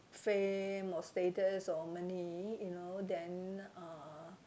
fame or status or money you know then uh